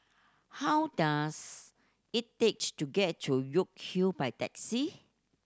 how does it take to get to York Hill by taxi